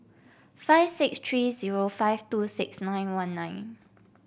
five six three zero five two six nine one nine